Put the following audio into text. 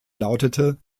lautete